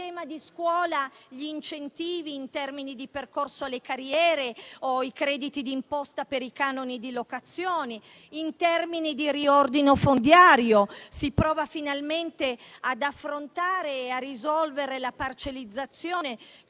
In tema di scuola, vi sono incentivi in termini di percorso delle carriere e crediti di imposta per i canoni di locazione. In termini di riordino fondiario, si prova finalmente ad affrontare e a risolvere la parcellizzazione